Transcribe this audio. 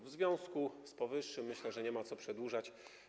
W związku z powyższym myślę, że nie ma co przedłużać.